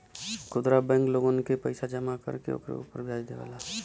खुदरा बैंक लोगन के पईसा जमा कर के ओकरे उपर व्याज देवेला